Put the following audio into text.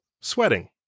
sweating